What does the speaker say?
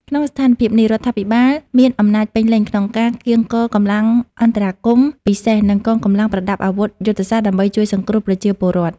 ក្នុងស្ថានភាពនេះ រដ្ឋាភិបាលមានអំណាចពេញលេញក្នុងការកៀងគរកម្លាំងអន្តរាគមន៍ពិសេស និងកងកម្លាំងប្រដាប់អាវុធយុទ្ធសាស្ត្រ ដើម្បីជួយសង្គ្រោះប្រជាពលរដ្ឋ។